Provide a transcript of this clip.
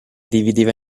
divideva